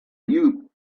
you